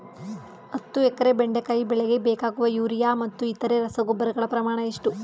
ಹತ್ತು ಎಕರೆ ಬೆಂಡೆಕಾಯಿ ಬೆಳೆಗೆ ಬೇಕಾಗುವ ಯೂರಿಯಾ ಮತ್ತು ಇತರೆ ರಸಗೊಬ್ಬರಗಳ ಪ್ರಮಾಣ ಎಷ್ಟು?